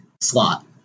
slot